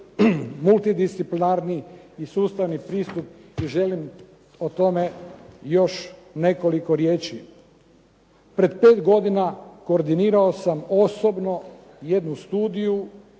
multidisciplinarni i sustavni pristup i želim o tome još nekoliko riječi. Pred pet godina koordinirao sam osobno jednu studiju